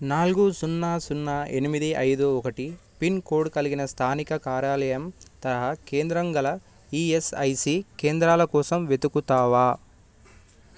నాలుగు సున్నా సున్నా ఎనిమిది ఐదు ఒకటి పిన్ కోడ్ కలిగిన స్థానిక కార్యాలయం తరహా కేంద్రంగల ఈఎస్ఐసీ కేంద్రాల కోసం వెతుకుతావా